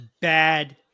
bad